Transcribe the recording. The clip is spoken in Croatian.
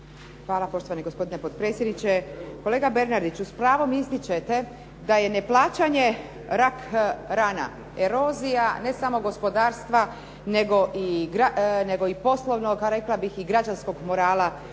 Hvala. Poštovani gospodine potpredsjedniče. Kolega Bernardiću, s pravom ističete da je neplaćanje rak rana, erozija ne samo gospodarstva nego i poslovnog a rekla bih i građanskog morala